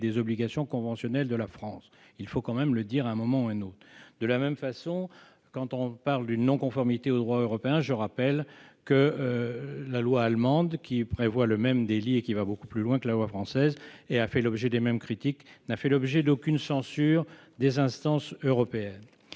des obligations conventionnelles de la France ». Il faut tout de même le dire à un moment ou à un autre. De la même façon, en ce qui concerne la non-conformité au droit européen, je rappelle que la loi allemande, qui prévoit le même délit et va beaucoup plus loin que la loi française, a fait l'objet des mêmes critiques, mais n'a subi aucune censure de la part des instances européennes.